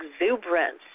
exuberance